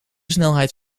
snelheid